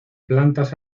plantas